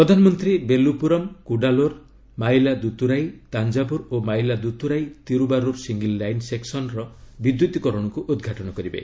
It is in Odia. ପ୍ରଧାନମନ୍ତ୍ରୀ ବେଲୁପୁରମ୍ କୁଡାଲୋର ମାୟିଲାଦୁତୁରାଇ ତାଞ୍ଜାବୁର ଓ ମାୟିଲାଦୁତୁରାଇ ତିରୁବାରୁର୍ ସିଙ୍ଗିଲ୍ ଲାଇନ ସେକ୍ସନର ବିଦ୍ୟୁତିକରଣକୁ ଉଦ୍ଘାଟନ କରିବେ